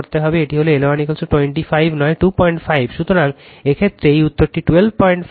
সুতরাং এই ক্ষেত্রে এই উত্তরটি 125 এটি আসলে 125 হবে